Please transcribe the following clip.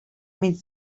maig